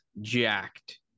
jacked